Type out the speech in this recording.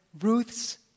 Ruth's